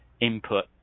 input